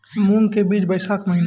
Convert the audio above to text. मूंग के बीज बैशाख महीना